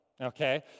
okay